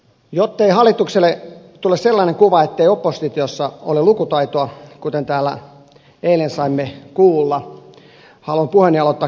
jottei hallitukselle tule sellainen kuva ettei oppositiossa ole lukutaitoa kuten täällä eilen saimme kuulla haluan puheeni aloittaa kiitoksella